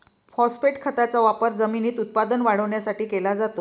phosphate खताचा वापर जमिनीत उत्पादन वाढवण्यासाठी केला जातो